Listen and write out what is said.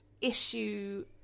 issue